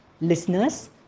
Listeners